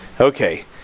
Okay